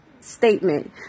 statement